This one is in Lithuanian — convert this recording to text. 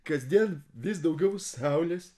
kasdien vis daugiau saulės